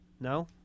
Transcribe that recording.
no